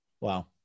Wow